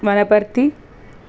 Wanaparthy